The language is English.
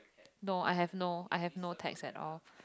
no I have no I have no text at all